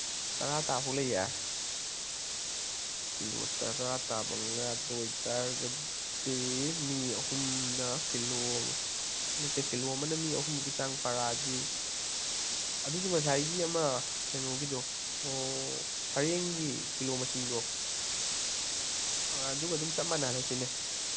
ꯇꯔꯥ ꯇꯥꯕꯨꯛ ꯂꯩꯌꯦ ꯀꯤꯂꯣ ꯇꯔꯥ ꯇꯥꯕ ꯉꯥꯗ ꯑꯣꯏ ꯇꯥꯔꯒꯗꯤ ꯃꯤ ꯑꯍꯨꯝꯅ ꯀꯤꯂꯣ ꯑꯃꯅ ꯃꯤ ꯑꯍꯨꯝꯃꯨꯛꯀꯤ ꯆꯥꯡ ꯄꯥꯔꯛꯑꯗꯤ ꯑꯗꯨꯁꯨ ꯉꯁꯥꯏꯒꯤ ꯑꯃ ꯀꯩꯅꯣꯒꯤꯗꯣ ꯁꯔꯦꯡꯒꯤ ꯀꯤꯂꯣ ꯃꯁꯤꯡꯗꯣ ꯑꯥ ꯑꯗꯨꯒ ꯑꯗꯨꯝ ꯆꯞ ꯃꯥꯟꯅꯍꯜꯂꯁꯤꯅꯦ